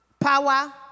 Power